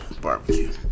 barbecue